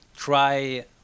try